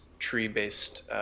tree-based